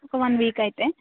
ఒక one week అయితే